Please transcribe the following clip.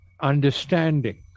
understanding